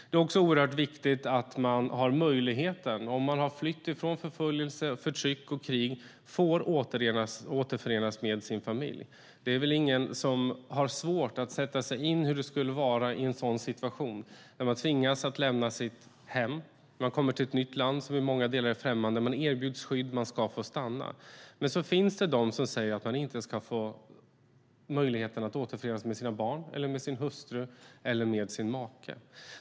Det är också oerhört viktigt att man har möjligheten, om man har flytt från förföljelse, förtryck och krig, att återförenas med sin familj. Det är väl ingen som har svårt att sätta sig in i hur det skulle vara i en sådan situation när man tvingas att lämna sitt hem. Man kommer till ett nytt land som i många delar är främmande. Man erbjuds skydd. Man ska få stanna. Men så finns det de som säger att man inte ska få möjligheten att återförenas med sina barn eller med sin hustru eller med sin make.